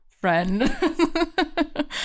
friend